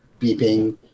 beeping